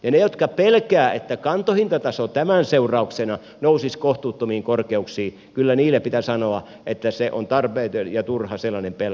niille jotka pelkäävät että kantohintataso tämän seurauksena nousisi kohtuuttomiin korkeuksiin pitää kyllä sanoa että on tarpeeton ja turha sellainen pelko